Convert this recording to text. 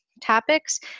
topics